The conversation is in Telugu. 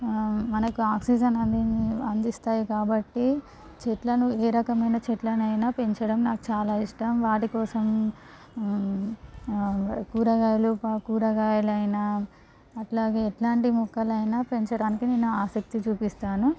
మనకు ఆక్సిజన్ అంది అందిస్తాయి కాబట్టి చెట్లను ఏ రకమైన చెట్లనైనా పెంచడం నాకు చాలా ఇష్టం వాటి కోసం కూరగాయలు ప కూరగాయలైన అట్లాగే ఎట్లాంటి మొక్కలైనా పెంచడానికి నేను ఆసక్తి చూపిస్తాను